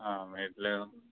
आं मेळट्ले नू